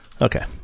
Okay